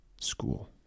school